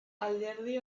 alderdi